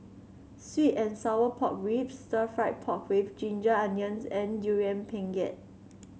sweet and Sour Pork Ribs Stir Fried Pork with Ginger Onions and Durian Pengat